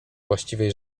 właściwej